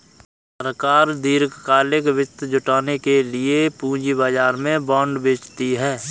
सरकार दीर्घकालिक वित्त जुटाने के लिए पूंजी बाजार में बॉन्ड बेचती है